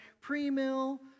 Pre-mill